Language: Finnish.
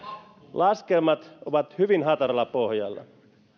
laskelmat ovat hyvin hataralla pohjalla